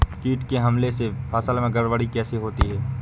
कीट के हमले से फसल में गड़बड़ी कैसे होती है?